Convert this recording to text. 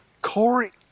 Corey